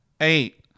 eight